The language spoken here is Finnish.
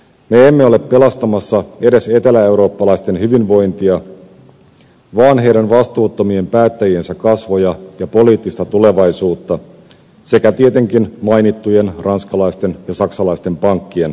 me emme ole pelastamassa edes eteläeurooppalaisten hyvinvointia vaan heidän vastuuttomien päättäjiensä kasvoja ja poliittista tulevaisuutta sekä tietenkin mainittujen ranskalaisten ja saksalaisten pankkien rahoja